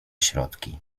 środki